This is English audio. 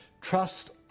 Trust